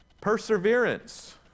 Perseverance